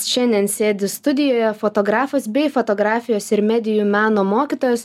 šiandien sėdi studijoje fotografas bei fotografijos ir medijų meno mokytojas